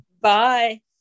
Bye